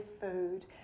food